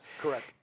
Correct